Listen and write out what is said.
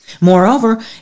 Moreover